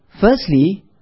firstly